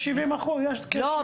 יש כ-70% --- לא,